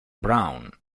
brown